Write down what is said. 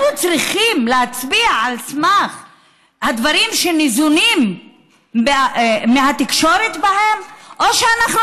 אנחנו צריכים להצביע על סמך מה אנו ניזונים מהתקשורת או שאנחנו